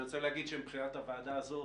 אני רוצה לומר שמבחינת הוועדה הזאת,